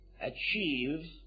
achieve